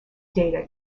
data